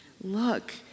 look